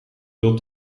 veel